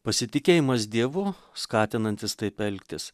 pasitikėjimas dievu skatinantis taip elgtis